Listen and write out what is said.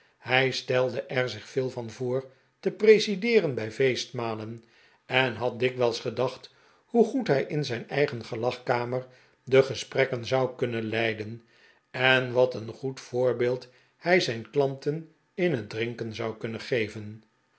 hij stelde er zich veel van voor te presideeren bij feestmalen en had dikwijls gedacht hoe goed hij in zijn eigen gelagkamer de gesprekken zou kunnen leiden en wat een goed voorbeeld hij zijn klanten in het drinken zou kunnen geven